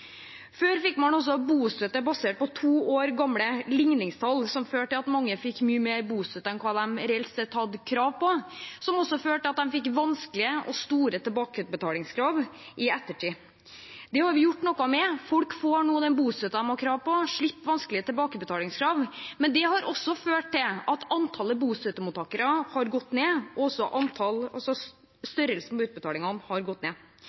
Før fikk man altså bostøtte basert på to år gamle ligningstall, som førte til at mange fikk mye mer bostøtte enn hva de reelt sett hadde krav på, noe som også førte til at de fikk vanskelige og store tilbakebetalingskrav i ettertid. Det har vi gjort noe med. Folk får nå den bostøtten de har krav på, man slipper vanskelige tilbakebetalingskrav. Men det har også ført til at antallet bostøttemottakere har gått ned, og til at størrelsen på utbetalingene har gått ned.